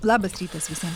labas rytas visiem